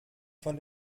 von